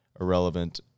irrelevant